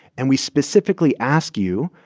and we specifically ask you,